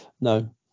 No